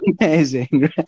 amazing